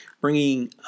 bringing